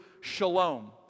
shalom